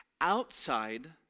outside